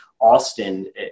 Austin